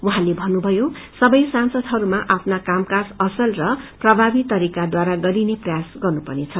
उहाँले भन्नुभयो सबै सांसदहरूमा आफ्ना कामकाज असल र प्रभावी तरिकाद्वारा गर्ने प्रयास हुनपर्नेछ